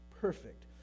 perfect